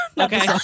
okay